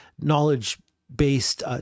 knowledge-based